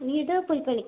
വീട് പുൽപ്പള്ളി